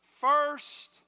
First